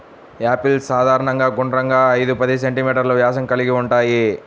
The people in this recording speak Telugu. యాపిల్స్ సాధారణంగా గుండ్రంగా, ఐదు పది సెం.మీ వ్యాసం కలిగి ఉంటాయి